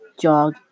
jog